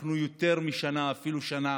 אנחנו יותר משנה, אפילו שנה,